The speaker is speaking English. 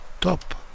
top